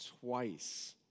twice